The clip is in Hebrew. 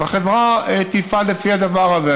אז החברה תפעל לפי הדבר הזה.